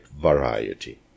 variety